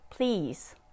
Please